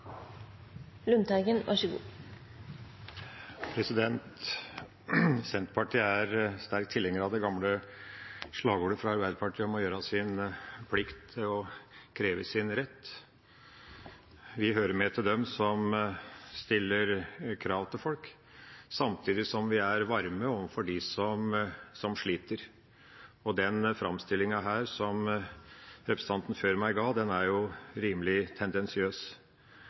kreve sin rett. Vi hører med til dem som stiller krav til folk, samtidig som vi er varme overfor dem som sliter, og den framstillingen som representanten før meg ga, er jo rimelig tendensiøs.